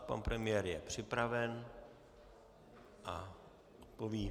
Pan premiér je připraven a odpoví.